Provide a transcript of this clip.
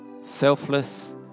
selfless